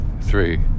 three